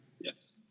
Yes